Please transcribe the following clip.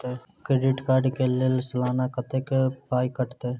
Credit card कऽ लेल सलाना कत्तेक पाई कटतै?